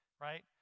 Right